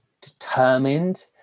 determined